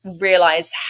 realize